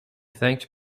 thanked